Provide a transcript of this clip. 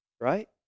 Right